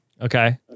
Okay